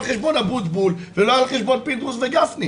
חשבון אבוטבול ולא על חשבון פינדרוס וגפני.